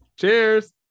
cheers